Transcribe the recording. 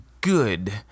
good